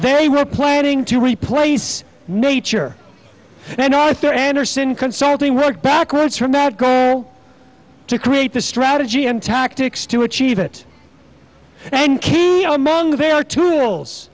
they were planning to replace nature and arthur andersen consulting work backwards from that goal to create the strategy and tactics to achieve it and among their tools